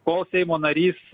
kol seimo narys